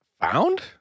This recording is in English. found